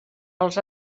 els